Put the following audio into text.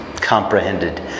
comprehended